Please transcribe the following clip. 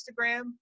Instagram